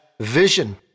vision